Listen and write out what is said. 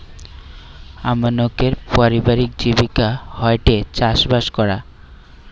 আমানকের পারিবারিক জীবিকা হয়ঠে চাষবাস করা